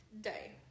day